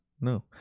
no